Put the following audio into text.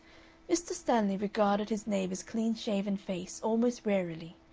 mr. stanley regarded his neighbor's clean-shaven face almost warily.